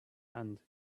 and